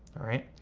alright?